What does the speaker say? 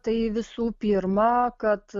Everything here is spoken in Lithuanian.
tai visų pirma kad